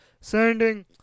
sending